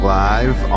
live